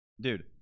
Dude